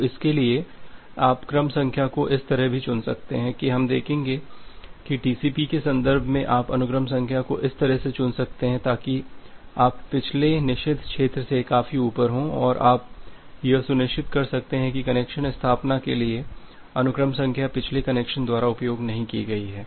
तो इसके लिए आप क्रम संख्या को इस तरह भी चुन सकते हैं हम देखेंगे कि टीसीपी के संदर्भ में आप अनुक्रम संख्या को इस तरह से चुन सकते हैं ताकि आप पिछले निषिद्ध क्षेत्र से काफी ऊपर हों और आप यह सुनिश्चित कर सकते हैं कि कनेक्शन स्थापना के लिए अनुक्रम संख्या पिछले कनेक्शन द्वारा उपयोग नहीं की गई है